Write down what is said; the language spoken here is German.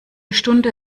stunde